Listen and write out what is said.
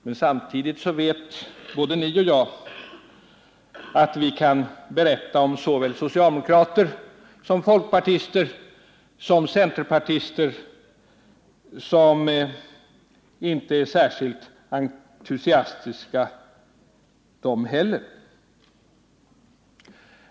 Men samtidigt vet både ni och jag att vi kan berätta om såväl socialdemokrater som folkpartister och centerpartister som inte är särskilt entusiastiska de heller.